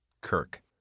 Kirk